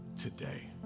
today